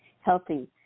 healthy